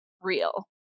real